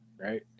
right